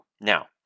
Now